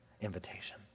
invitation